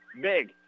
big